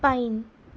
fine